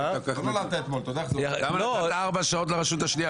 אז למה נתת ארבע שעות לרשות השנייה?